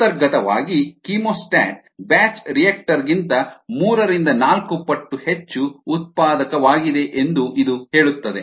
ಅಂತರ್ಗತವಾಗಿ chemostat batch ರಿಯಾಕ್ಟರ್ಗಿಂತ ಮೂರರಿಂದ ನಾಲ್ಕು ಪಟ್ಟು ಹೆಚ್ಚು ಉತ್ಪಾದಕವಾಗಿದೆ ಎಂದು ಇದು ಹೇಳುತ್ತದೆ